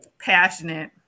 passionate